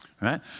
right